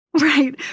Right